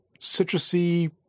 citrusy